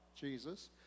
Jesus